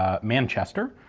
ah manchester.